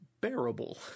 bearable